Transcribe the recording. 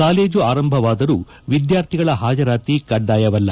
college ಆರಂಭವಾದರೂ ವಿದ್ಯಾರ್ಥಿಗಳ ಹಾಜರಾತಿ ಕಡ್ಡಾಯವಲ್ಲ